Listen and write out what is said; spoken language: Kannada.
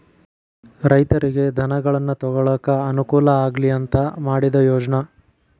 ರೈತರಿಗೆ ಧನಗಳನ್ನಾ ತೊಗೊಳಾಕ ಅನಕೂಲ ಆಗ್ಲಿ ಅಂತಾ ಮಾಡಿದ ಯೋಜ್ನಾ